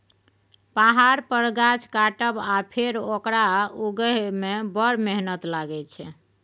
पहाड़ पर गाछ काटब आ फेर ओकरा उगहय मे बड़ मेहनत लागय छै